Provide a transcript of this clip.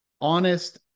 honest